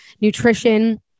nutrition